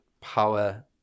power